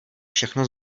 všechno